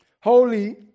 holy